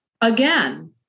again